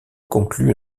conclut